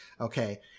Okay